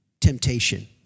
temptation